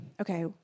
okay